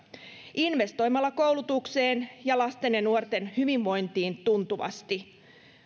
investoimalla koulutukseen ja lasten ja nuorten hyvinvointiin tuntuvasti